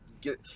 get